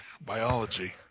biology